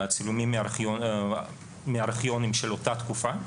צילומים מארכיונים של אותה תקופה,